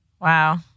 Wow